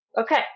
okay